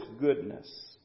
goodness